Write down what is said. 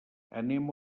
anem